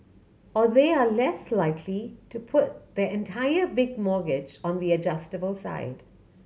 or they are less likely to put their entire big mortgage on the adjustable side